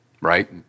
right